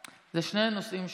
זה שני נושאים שונים.